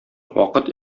вакыт